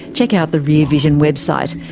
check out the rear vision website.